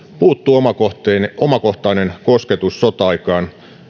puuttuu omakohtainen omakohtainen kosketus sota aikaan